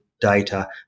data